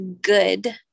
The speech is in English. good